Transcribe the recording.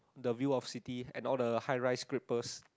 the view of city and all the high rise scrappers